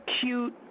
cute